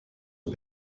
aux